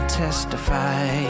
testify